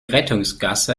rettungsgasse